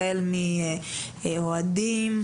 החל מאוהדים,